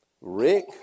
Rick